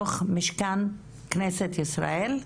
בתוך משכן כנסת ישראל,